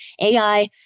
AI